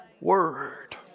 word